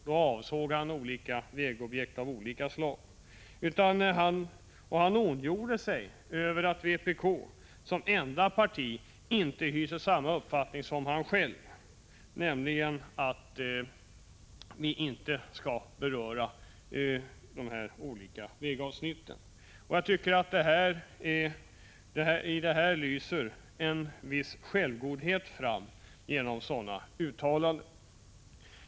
Då avsåg han vägobjekt av olika slag. Han ondgjorde sig över att vpk som enda parti inte hyste samma uppfattning som han själv, nämligen att vi inte skulle beröra de här olika vägavsnitten. Jag tycker att en viss självgodhet lyser fram genom sådana uttalanden.